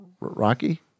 Rocky